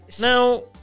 Now